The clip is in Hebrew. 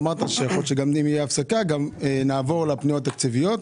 אמרת שאם תהיה הפסקה, נעבור לפניות תקציביות.